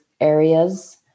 areas